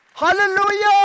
Hallelujah